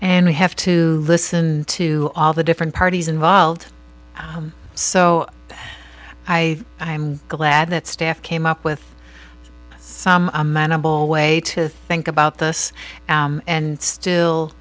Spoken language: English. and we have to listen to all the different parties involved so i i'm glad that staff came up with some amenable way to think about this and still